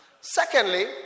Secondly